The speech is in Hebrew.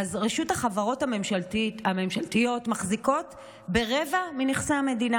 רשות החברות הממשלתיות מחזיקה ברבע מנכסי המדינה.